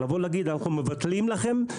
לבוא להגיד שאנחנו מבטלים לכם,